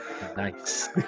Nice